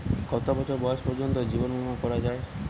কত বছর বয়স পর্জন্ত জীবন বিমা করা য়ায়?